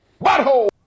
butthole